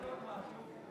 צריך להגיד עוד משהו,